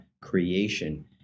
creation